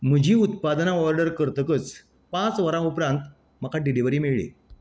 म्हजीं उत्पादनां ऑर्डर करतकच पांच वरां उपरांत म्हाका डिलिव्हरी मेळ्ळी